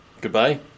Goodbye